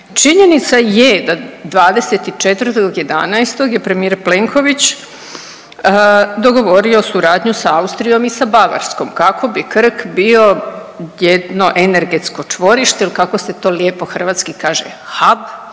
Činjenica je da 24.11. je premijer Plenković dogovorio suradnju sa Austrijom i sa Bavarskom kako bi Krk bio jedno energetsko čvorište ili kako se to lijepo hrvatski kaže HAP